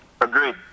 Agreed